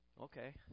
Okay